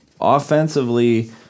Offensively